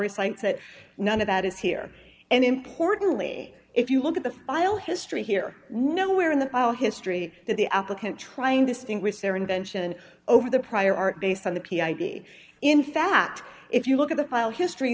recites that none of that is here and importantly if you look at the file history here nowhere in the file history that the applicant trying this thing with their invention over the prior art based on the key id in fact if you look at the file history